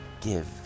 give